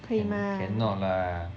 cannot lah